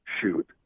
shoot